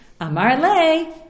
Amarle